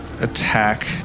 attack